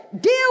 Deal